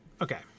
Okay